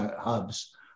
hubs